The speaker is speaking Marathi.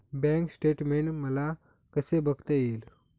बँक स्टेटमेन्ट मला कसे बघता येईल?